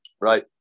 right